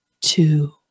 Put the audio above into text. two